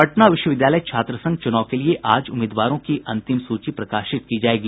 पटना विश्वविद्यालय छात्र संघ चुनाव के लिए आज उम्मीदवारों की अंतिम सूची प्रकाशित की जायेगी